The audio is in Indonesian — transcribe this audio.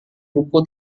buku